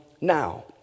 now